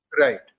Right